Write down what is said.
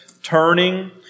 turning